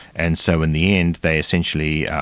and so in the end they essentially